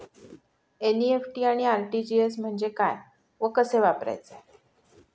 NEFT आणि RTGS म्हणजे काय व कसे वापरायचे?